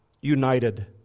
united